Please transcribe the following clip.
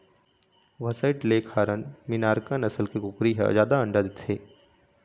white leghorn, Minorca नसल के कुकरी ह जादा अंडा देथे